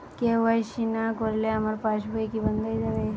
KYC না করলে আমার পাশ বই কি বন্ধ হয়ে যাবে?